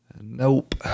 nope